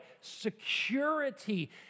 security